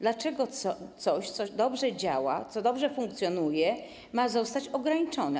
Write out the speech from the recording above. Dlaczego coś, co dobrze działa, co dobrze funkcjonuje, ma zostać ograniczone?